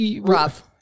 rough